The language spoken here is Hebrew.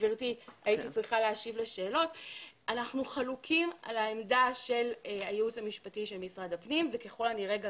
אנחנו חלוקים על העמדה של הייעוץ המשפטי של משרד הפנים וככל הנראה גם